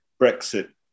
Brexit